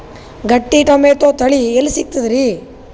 ಗಟ್ಟಿ ಟೊಮೇಟೊ ತಳಿ ಎಲ್ಲಿ ಸಿಗ್ತರಿ?